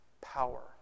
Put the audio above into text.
power